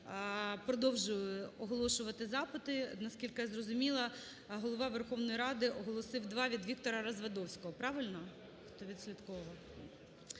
продовжую оголошувати запити. Наскільки я зрозуміла, Голова Верховної Ради оголосив два від Віктора Развадовського, правильно?